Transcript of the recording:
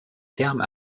terme